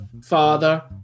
father